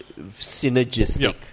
synergistic